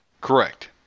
Correct